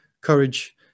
courage